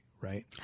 right